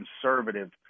conservative